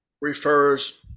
refers